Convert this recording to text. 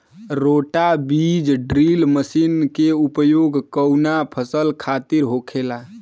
रोटा बिज drill machine के उपयोग कऊना फसल खातिर होखेला?